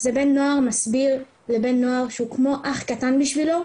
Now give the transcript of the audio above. זה בן נוער מסביר לבן נוער שהוא כמו אח קטן בשבילו,